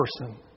person